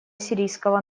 сирийского